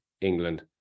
England